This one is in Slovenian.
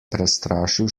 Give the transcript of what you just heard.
prestrašil